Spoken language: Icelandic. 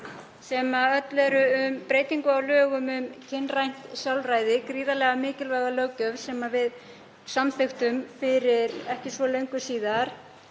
sem öll eru um breytingu á lögum um kynrænt sjálfræði, gríðarlega mikilvæga löggjöf sem við samþykktum fyrir ekki svo löngu síðan.